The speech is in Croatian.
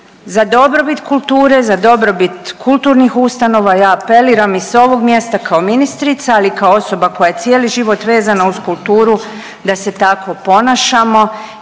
Za dobrobit kulture, za dobrobit kulturnih ustanova ja apeliram i s ovog mjesta kao ministrica, ali i kao osoba koja je cijeli život vezana uz kulturu da se tako ponašamo